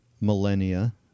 millennia